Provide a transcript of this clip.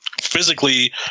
physically